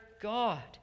God